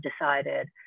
decided